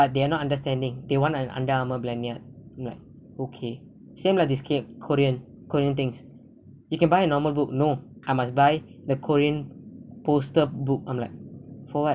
but they are not understanding they want an under armour landyard I'm like okay same lah this k korean korean things you can buy a normal book no I must buy the korean poster book I'm like for what